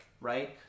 right